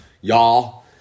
y'all